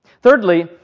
Thirdly